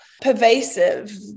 pervasive